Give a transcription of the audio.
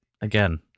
again